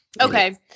Okay